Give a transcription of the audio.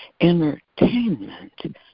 entertainment